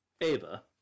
Ava